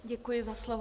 Děkuji za slovo.